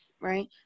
right